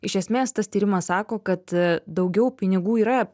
iš esmės tas tyrimas sako kad daugiau pinigų yra